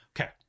Okay